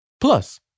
Plus